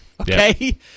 okay